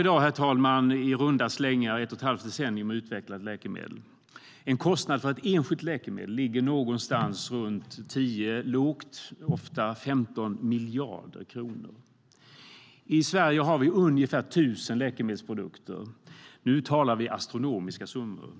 I dag tar det i runda slängar ett och ett halvt decennium att utveckla ett läkemedel. Kostnaden för ett enskilt läkemedel ligger runt 10-15 miljarder kronor. I Sverige har vi ungefär tusen läkemedelsprodukter, så vi talar astronomiska summor.